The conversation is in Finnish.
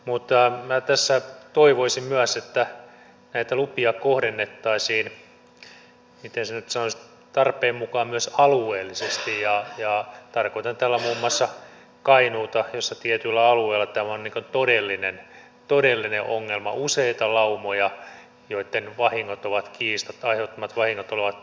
mutta minä tässä toivoisin myös että näitä lupia kohdennettaisiin miten sen nyt sanoisi tarpeen mukaan myös alueellisesti ja tarkoitan tällä muun muassa kainuuta missä tietyllä alueella tämä on todellinen ongelma on useita laumoja joitten aiheuttamat vahingot ovat kiistattomia